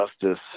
justice